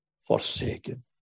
forsaken